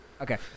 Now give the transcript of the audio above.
Okay